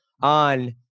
on